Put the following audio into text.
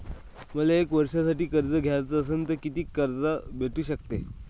मले एक वर्षासाठी कर्ज घ्याचं असनं त कितीक कर्ज भेटू शकते?